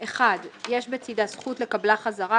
(1) יש בצידה זכות לקבלה חזרה,